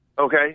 Okay